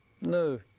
No